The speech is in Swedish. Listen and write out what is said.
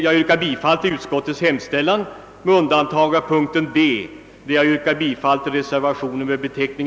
Jag yrkar bifall till utskottets hemställan med undantag för punkten D, där jag yrkar bifall till den